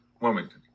Wilmington